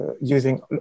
using